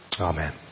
Amen